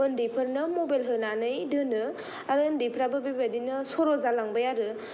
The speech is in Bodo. ओन्दैफोरनो मबेल होनानै दोनो आरो ओन्दैफ्राबो बेबादिनो सर' जालांबाय आरो